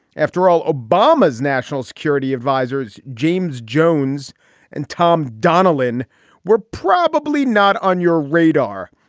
after all obama's national security adviser james jones and tom donilon were probably not on your radar.